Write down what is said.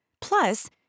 Plus